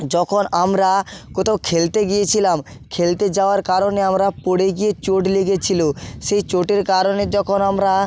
যখন আমরা কোথাও খেলতে গিয়েছিলাম খেলতে যাওয়ার কারণে আমরা পড়ে গিয়ে চোট লেগেছিল সেই চোটের কারণে যখন আমরা